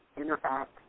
interact